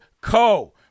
Co